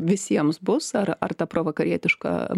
visiems bus ar ar ta provakarietiška